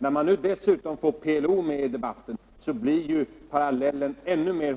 När man nu dessutom får med PLO i debatten blir